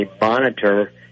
monitor